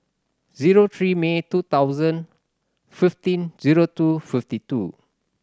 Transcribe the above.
zero three May two thousand fifteen zero two fifty two